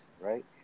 right